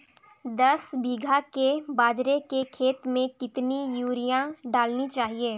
दस बीघा के बाजरे के खेत में कितनी यूरिया डालनी चाहिए?